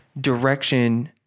direction